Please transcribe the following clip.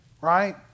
Right